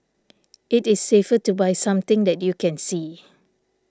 it is safer to buy something that you can see